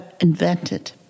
invented